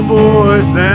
voice